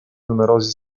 numerosi